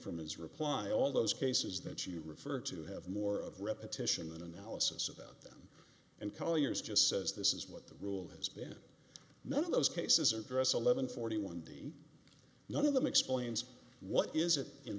from his reply all those cases that you refer to have more of repetition than analysis about them and colliers just says this is what the rule has been none of those cases are dress eleven forty one the none of them explains what is it in